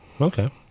Okay